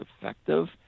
effective